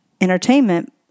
Entertainment